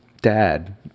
dad